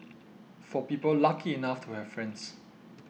for people lucky enough to have friends